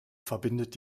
verbindet